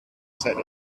said